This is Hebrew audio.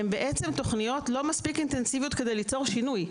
הן בעצם לא מספיק אינטנסיביות כדי ליצור שינוי.